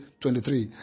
23